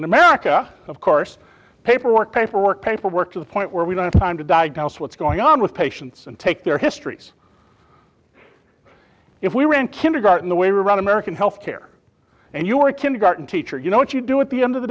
america of course paperwork i for work paperwork to the point where we don't have time to diagnose what's going on with patients and take their histories if we were in kindergarten the way we run american health care and you're a kindergarten teacher you know what you do at the end of the